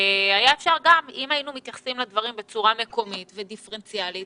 אם היינו מתייחסים לדברים בצורה מקומית ודיפרנציאלית,